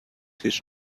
his